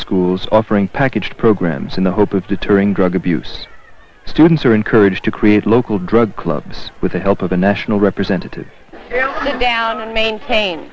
schools offering package programs in the hope of deterring drug abuse students are encouraged to create local drug clubs with the help of the national representatives down to maintain